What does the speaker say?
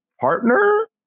partner